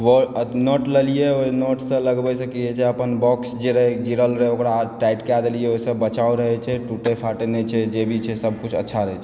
अब नट लेलिए ओहिनोटसँ लगबयसँ की होइ छै अपन बॉक्स जे रहय गिरल रहय ओकरा हम टाइट कए देलियै ओहिसँ बचाव रहय छै टुटय फाटय नहि छै जे भी छै सभ किछु अच्छा रहैत छै